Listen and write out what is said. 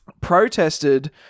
protested